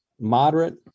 moderate